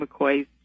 McCoy's